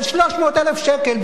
אבל 300,000 שקל,